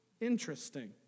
interesting